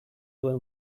duen